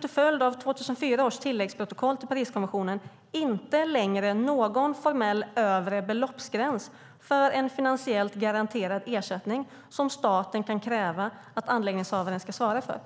till följd av 2004 års tilläggsprotokoll till Pariskonventionen inte längre någon formell övre beloppsgräns för en finansiellt garanterad ersättning, som staten kan kräva att anläggningshavaren ska svara för".